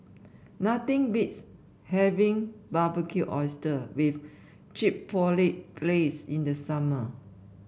nothing beats having Barbecued Oysters with Chipotle Glaze in the summer